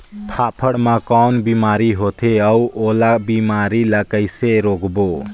फाफण मा कौन बीमारी होथे अउ ओला बीमारी ला कइसे रोकबो?